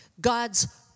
God's